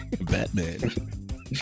batman